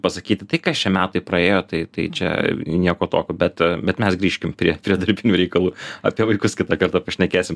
pasakyti tai kas čia metai praėjo tai tai čia nieko tokio bet bet mes grįžkim prie prie darbinių reikalų apie vaikus kitą kartą pašnekėsim